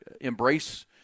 embrace